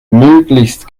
möglichst